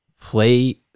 play